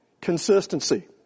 consistency